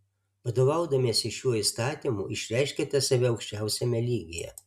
vadovaudamiesi šiuo įstatymu išreiškiate save aukščiausiame lygyje